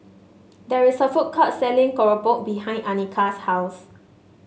there is a food court selling Keropok behind Anika's house